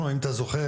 אם אתה זוכר,